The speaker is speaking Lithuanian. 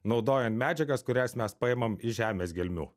naudojant medžiagas kurias mes paimam iš žemės gelmių